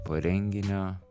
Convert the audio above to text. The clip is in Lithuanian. po renginio